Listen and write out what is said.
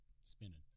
Spinning